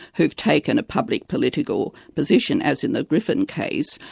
who've taken a public political position, as in the griffen case,